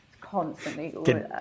constantly